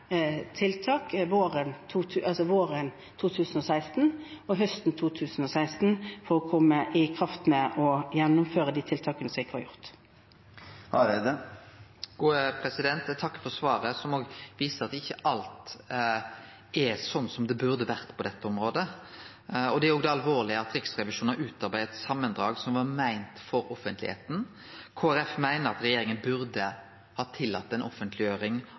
og høsten 2016 for å komme i kraft med å gjennomføre de tiltakene som ikke var gjennomført. Eg takkar for svaret, som òg viser at ikkje alt er slik som det burde ha vore på dette området. Det er òg alvorleg at Riksrevisjonen har utarbeidd eit samandrag som var meint for offentlegheita. Kristeleg Folkeparti meiner at regjeringa burde ha tillate ei offentleggjering